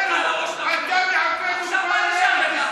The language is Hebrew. אתה מהווה דוגמה לאלה.